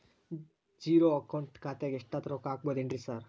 Zero account ಖಾತ್ಯಾಗ ಎಷ್ಟಾದ್ರೂ ರೊಕ್ಕ ಹಾಕ್ಬೋದೇನ್ರಿ ಸಾರ್?